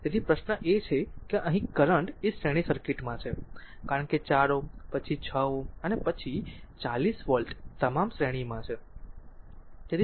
તેથી પ્રશ્ન એ છે કે અહીં કરંટ એ શ્રેણી સર્કિટમાં છે કારણ કે 4 Ω પછી 6 Ω પછી 40 વોલ્ટ તમામ શ્રેણીમાં છે